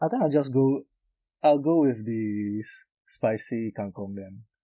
I think I'll just go I'll go with the spicy kang kong then